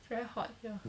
it's very hot here